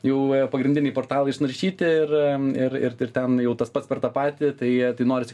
jau pagrindiniai portalai išnaršyti ir ir ir ir ten jau tas pats per tą patį tai tai norisi